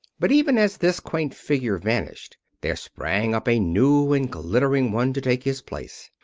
but even as this quaint figure vanished there sprang up a new and glittering one to take his place.